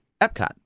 Epcot